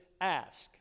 ask